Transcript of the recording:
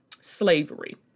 slavery